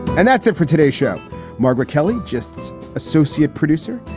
and that's it for today show margaret kelly, gists associate producer.